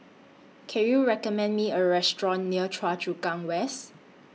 Can YOU recommend Me A Restaurant near Choa Chu Kang West